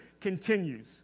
continues